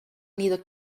neither